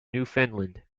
newfoundland